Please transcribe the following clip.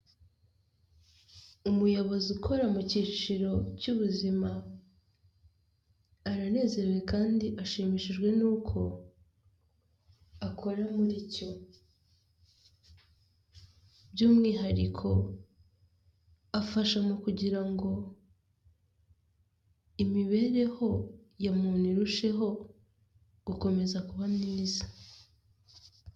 Umuyobozi ukora mu cyiciro cy'ubuzima, aranezerewe kandi ashimishijwe nuko akora muri cyo. Byumwihariko afasha mu kugira imibereho ya muntu irusheho gukomeza kuba myiza.